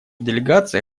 делегация